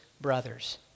brothers